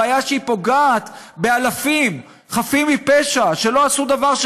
הבעיה היא שהיא פוגעת באלפים חפים מפשע שלא עשו דבר,